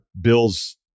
Bill's